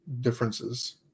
differences